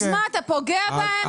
אז מה, אתה פוגע בהם?